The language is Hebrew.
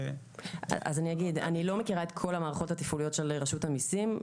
אני לא מכירה את כל מערכות התפעול של רשות המיסים.